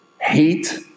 hate